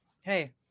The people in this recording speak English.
Hey